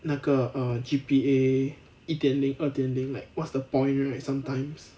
那个 err G_P_A 一点零二点零 like what's the point right sometimes